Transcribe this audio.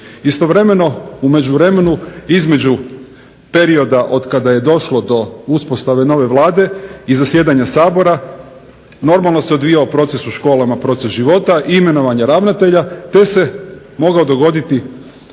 Istovremeno, u međuvremenu između perioda otkada je došlo do uspostave nove Vlade i zasjedanja Sabora normalno se odvijao proces u školama …/Ne razumije se./… života i imenovanje ravnatelja te se mogao dogoditi